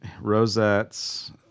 Rosettes